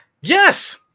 Yes